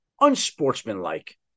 unsportsmanlike